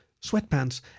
sweatpants